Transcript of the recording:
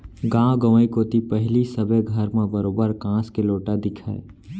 गॉंव गंवई कोती पहिली सबे घर म बरोबर कांस के लोटा दिखय